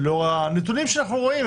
ולאור הנתונים שאנחנו רואים,